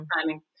timing